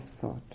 thought